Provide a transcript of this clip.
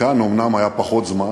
כאן אומנם היה פחות זמן,